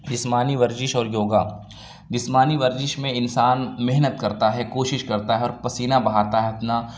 جسمانی ورزش اور یوگا جسمانی ورزش میں انسان محنت کرتا ہے کوشش کرتا ہے اور پسینہ بہاتا ہے اپنا